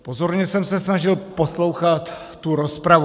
Pozorně jsem se snažil poslouchat tu rozpravu.